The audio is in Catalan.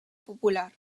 popular